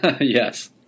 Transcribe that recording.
Yes